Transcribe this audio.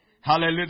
Hallelujah